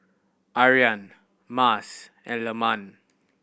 Aryan Mas and Leman